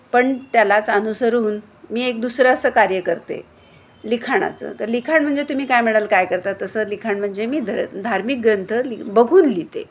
पण त्यालाच अनुसरून मी एक दुसरं असं कार्य करते लिखाणाचं तर लिखाण म्हणजे तुम्ही काय म्हणाल काय करता तसं लिखाण म्हणजे मी ध धार्मिक ग्रंथ लि बघून लिहिते